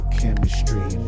chemistry